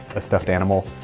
a stuffed animal.